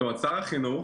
זאת אומרת שר החינוך